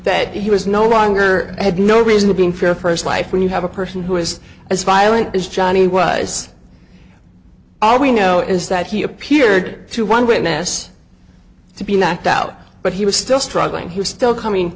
that he was no longer had no reason of being fair first life when you have a person who is as violent as johnny was all we know is that he appeared to one witness to be knocked out but he was still struggling he was still coming